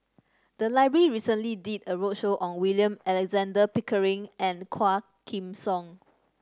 the library recently did a roadshow on William Alexander Pickering and Quah Kim Song